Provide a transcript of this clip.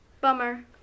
Bummer